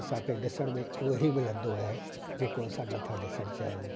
असां खे ॾिसण में उहो ई मिलंदो आहे जेको असां न था ॾिसणु चाहियूं